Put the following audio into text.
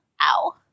Ow